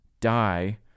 die